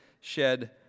shed